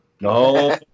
No